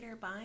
Bye